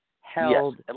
held